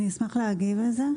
אני אשמח להגיב על זה.